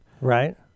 Right